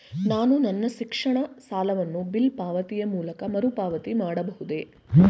ನಾನು ನನ್ನ ಶಿಕ್ಷಣ ಸಾಲವನ್ನು ಬಿಲ್ ಪಾವತಿಯ ಮೂಲಕ ಮರುಪಾವತಿ ಮಾಡಬಹುದೇ?